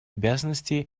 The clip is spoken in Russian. обязанности